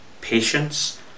patience